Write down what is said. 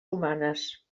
humanes